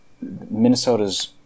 Minnesota's